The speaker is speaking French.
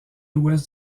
ouest